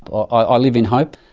i ah live in hope.